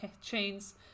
chains